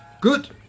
Good